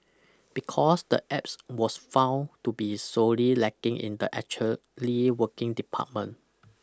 because the apps was found to be sorely lacking in the actually working department